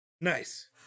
Nice